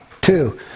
Two